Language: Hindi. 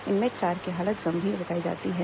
इनमें चार की हालत गंभीर बताई जाती है